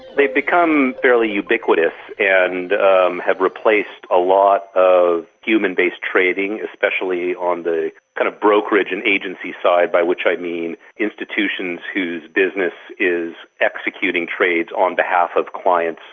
they've become fairly ubiquitous and have replaced a lot of human-based trading, especially on the kind of brokerage and agency side, by which i mean institutions whose business is executing trades on behalf of clients,